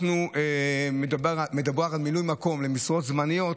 מדובר על משרות זמניות,